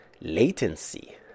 latency